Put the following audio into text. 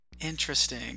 Interesting